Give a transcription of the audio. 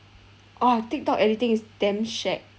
!wah! tiktok editing is damn shag